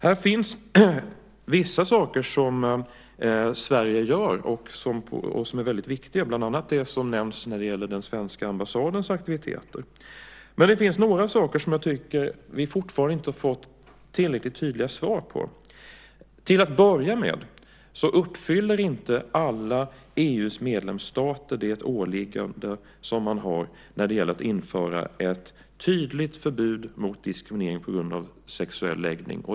Det finns vissa saker som Sverige gör som är väldigt viktiga, bland annat det som nämns om den svenska ambassadens aktiviteter. Det finns dock några saker som jag tycker att vi fortfarande inte fått tillräckligt tydliga svar på. Till att börja med uppfyller inte alla EU:s medlemsstater det åliggande som de har, att införa ett tydligt förbud mot diskriminering på grund av sexuell läggning.